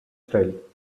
style